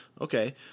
Okay